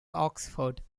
oxford